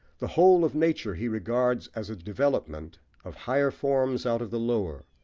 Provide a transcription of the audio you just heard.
the whole of nature he regards as a development of higher forms out of the lower,